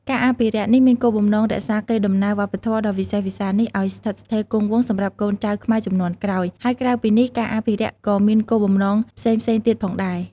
ការអភិរក្សនេះមានគោលបំណងរក្សាកេរដំណែលវប្បធម៌ដ៏វិសេសវិសាលនេះឱ្យស្ថិតស្ថេរគង់វង្សសម្រាប់កូនចៅខ្មែរជំនាន់ក្រោយ ហើយក្រៅពីនេះ ការអភិរក្សក៏មានគោលបំណងផ្សេងៗទៀតផងដែរ។